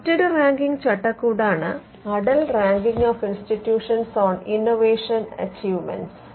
മറ്റൊരു റാങ്കിങ്ങ് ചട്ടക്കൂടാണ് Atal ranking of institutions on innovation achievements